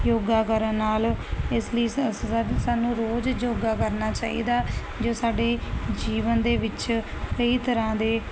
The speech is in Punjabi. ਯੋਗਾ ਕਰਨ ਨਾਲ ਇਸ ਲਈ ਸਾਨੂੰ ਰੋਜ਼ ਯੋਗਾ ਕਰਨਾ ਚਾਹੀਦਾ ਜੋ ਸਾਡੇ ਜੀਵਨ ਦੇ ਵਿੱਚ ਕਈ ਤਰ੍ਹਾਂ ਦੇ